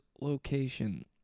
location